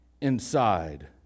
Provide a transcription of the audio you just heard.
inside